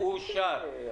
אושר פה אחד.